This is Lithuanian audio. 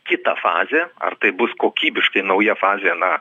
kitą fazę ar tai bus kokybiškai nauja fazė na